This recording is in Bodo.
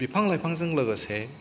बिफां लाइफां जों लोगोसे